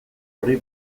orri